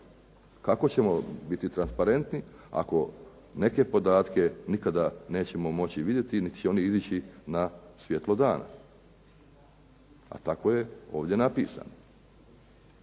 Kako ćemo biti transparentni ako neke podatke nikada nećemo moći vidjeti niti će oni izići na svjetlo dana, a tako je ovdje napisano.